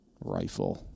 rifle